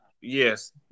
Yes